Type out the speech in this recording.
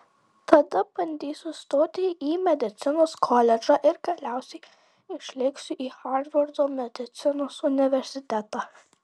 tada bandysiu stoti į medicinos koledžą ir galiausiai išlėksiu į harvardo medicinos universitetą